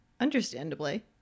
Understandably